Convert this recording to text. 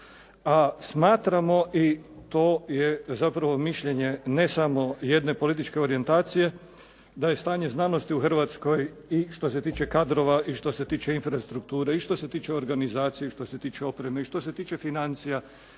A smatramo i to je zapravo mišljenje ne samo jedne političke orijentacije, da je stanje znanosti u Hrvatskoj i što se tiče kadrova i što se tiče infrastrukture i što se tiče organizacije i što se tiče opreme i što se tiče financija